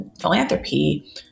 philanthropy